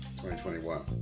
2021